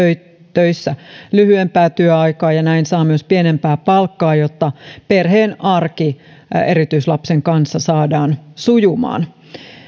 töissä lyhyempää työaikaa ja näin hän saa myös pienempää palkkaa jotta perheen arki erityislapsen kanssa saadaan sujumaan